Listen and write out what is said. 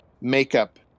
makeup